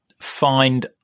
find